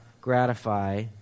gratify